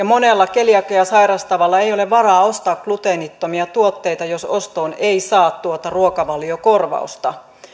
monella keliakiaa sairastavalla ei ole varaa ostaa gluteenittomia tuotteita jos ostoon ei saa tuota ruokavaliokorvausta